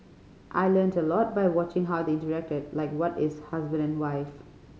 I learnt a lot by watching how they interacted like what is husband and wife